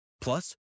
Plus